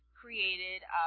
created